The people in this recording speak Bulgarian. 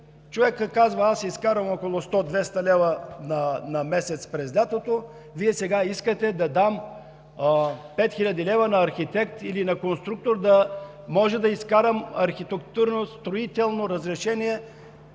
Човекът казва: „Аз си изкарвам около 100 – 200 лв. на месец през лятото. Вие сега искате да дам 5 хил. лв. на архитект или на конструктор да изкарам архитектурно строително разрешение!“